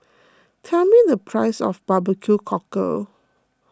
tell me the price of Barbecue Cockle